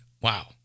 wow